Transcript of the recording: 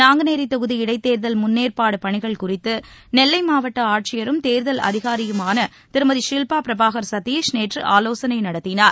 நாங்குநேரி தொகுதி இடைத்தேர்தல் முன்னேற்பாடு பணிகள் குறித்து நெல்லை மாவட்ட ஆட்சியரும் தேர்தல் அதிகாரியுமான திருமதி ஷில்பா பிரபாகர் சதீஷ் நேற்று ஆலோசனை நடத்தினார்